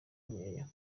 nkeya